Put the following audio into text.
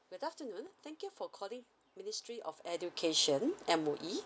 good afternoon thank you for calling ministry of education M_O_E